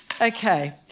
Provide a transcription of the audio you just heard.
Okay